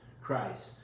Christ